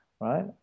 right